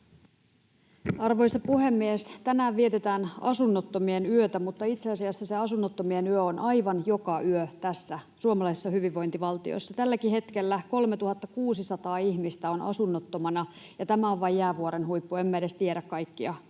Arvoisa puhemies! Tänään vietetään Asunnottomien yötä, mutta itse asiassa se asunnottomien yö on aivan joka yö tässä suomalaisessa hyvinvointivaltiossa. Tälläkin hetkellä 3 600 ihmistä on asunnottomana, ja tämä on vain jäävuoren huippu. Emme edes tiedä kaikkia,